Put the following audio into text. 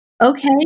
okay